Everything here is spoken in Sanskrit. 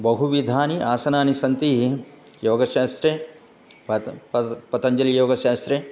बहु विधानि आसनानि सन्ति योगशास्त्रे पत् पत् पतञ्जलियोगशास्त्रे